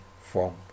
form